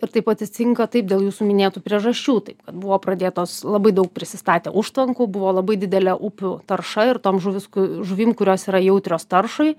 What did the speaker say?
ir taip atsicinka taip dėl jūsų minėtų priežasčių taip kad buvo pradėtos labai daug prisistatė užtvankų buvo labai didelė upių tarša ir tom žuvis ku žuvim kurios yra jautrios taršai